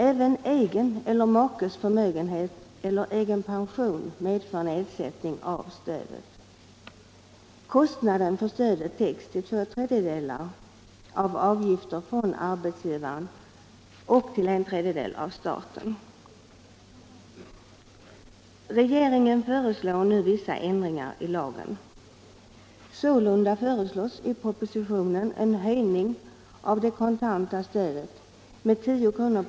Även egen eller makens förmögenhet eller egen pension medför nedsättning av stödet. Kostnaden för stödet täcks till två tredjedelar av avgifter från arbetsgivaren och till en tredjedel av staten. Regeringen föreslår nu vissa ändringar i lagen. Sålunda innehåller propositionen förslag om en höjning av det kontanta stödet med 10 kr.